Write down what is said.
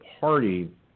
party